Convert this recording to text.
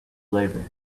flavor